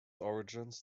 origins